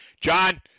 John